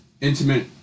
intimate